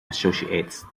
associates